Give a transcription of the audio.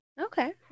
okay